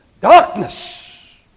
darkness